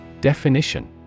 Definition